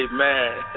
Amen